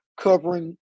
covering